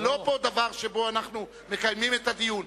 זה לא דבר שאנחנו מקיימים את הדיון,